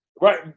Right